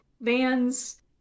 vans